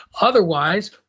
Otherwise